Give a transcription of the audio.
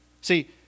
See